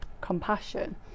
compassion